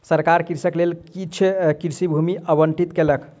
सरकार कृषकक लेल किछ कृषि भूमि आवंटित केलक